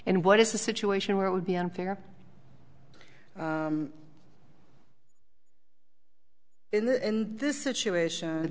and what is the situation where it would be unfair in that in this situation